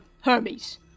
Hermes